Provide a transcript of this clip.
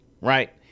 right